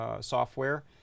software